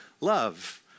love